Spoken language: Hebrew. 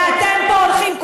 ואתם פה הולכים,